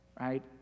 right